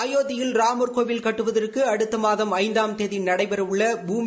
அயோத்தியில் ராமர் கோவில் கட்டுவதற்கு அடுத்த மாதம் ஐந்தாம் தேதி நடைபெற உள்ள பூமி